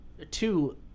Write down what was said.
two